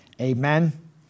Amen